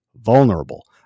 vulnerable